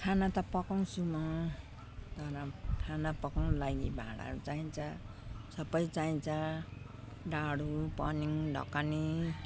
खाना त पकाउँछु म तर खाना पकाउनु लागि भाँडाहरू चाहिन्छ सबै चाहिन्छ डाडु पनिउँ ढकनी